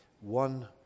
one